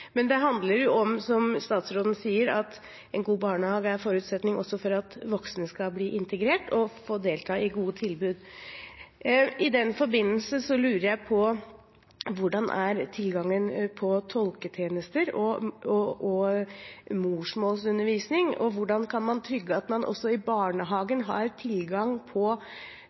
Men det handler også om, som statsråden sier, at en god barnehage er en forutsetning for at voksne skal bli integrert og delta i gode tilbud. I den forbindelse lurer jeg på hvordan tilgangen på tolketjenester og morsmålsundervisning er, og hvordan man kan trygge at man også i barnehagen har tilgang på